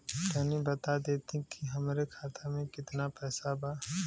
तनि बता देती की हमरे खाता में कितना पैसा बा?